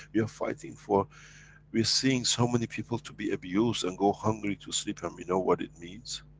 we are fighting for we're seeing so many people to be abused, and go hungry to sleep and we know what it means,